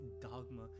dogma